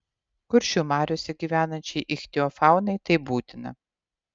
kuršių mariose gyvenančiai ichtiofaunai tai būtina